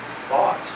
thought